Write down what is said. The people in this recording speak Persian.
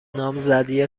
نامزدی